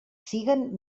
siguen